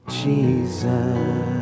Jesus